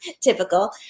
Typical